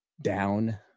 down